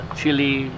chili